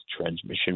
transmission